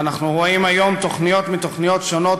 ואנחנו רואים היום תוכניות מתוכניות שונות,